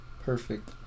perfect